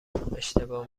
اشتباه